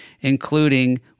including